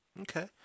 Okay